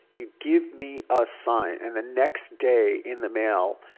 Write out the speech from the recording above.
you give me a sign. and the next day in the mail,